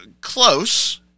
Close